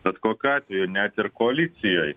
bet kokiu atveju net ir koalicijoj